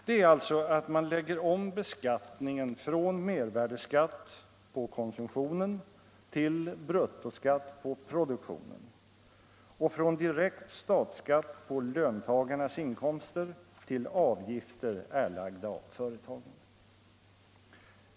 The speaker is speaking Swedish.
Det är alltså att man lägger om beskattningen från mervärdeskatt på konsumtionen till bruttoskatt på produktionen och från direkt statsskatt på löntagarnas inkomster till avgifter erlagda av företagen.